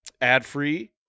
ad-free